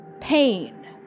pain